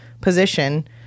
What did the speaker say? position